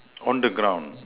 on the ground